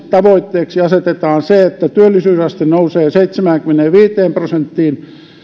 tavoitteeksi asetetaan se että työllisyysaste nousee seitsemäänkymmeneenviiteen prosenttiin